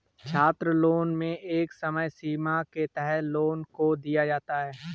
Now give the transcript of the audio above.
छात्रलोन में एक समय सीमा के तहत लोन को दिया जाता है